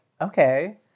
okay